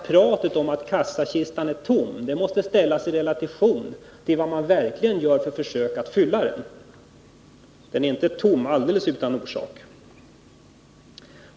Pratet om att kassakistan är tom måste ställas i relation till det man verkligen gör för att försöka fylla den. Den är inte tom alldeles utan orsak.